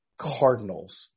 Cardinals